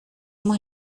hemos